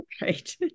Right